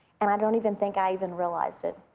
and i don't even think i even realized it.